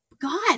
God